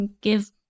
give